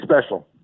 special